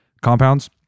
compounds